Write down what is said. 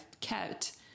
kept